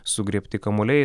sugriebti kamuoliai